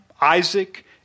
Isaac